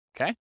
Okay